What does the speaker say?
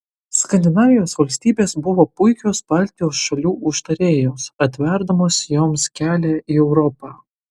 skandinavijos valstybės buvo puikios baltijos šalių užtarėjos atverdamos joms kelią į europą